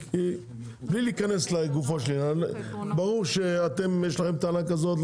כי בלי להיכנס לגופו של עניין ברור שאם יש לכם טענה כזאת,